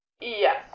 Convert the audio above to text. Yes